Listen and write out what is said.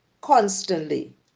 constantly